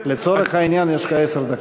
לצורך העניין יש לך עשר דקות.